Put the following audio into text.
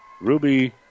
Ruby